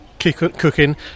cooking